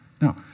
no